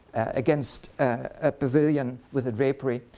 against a pavilion with a drapery,